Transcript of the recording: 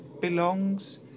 belongs